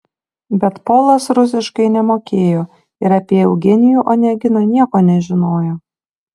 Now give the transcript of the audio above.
bet polas rusiškai nemokėjo ir apie eugenijų oneginą nieko nežinojo